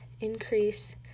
increase